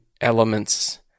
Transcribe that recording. elements